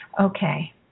Okay